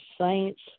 saints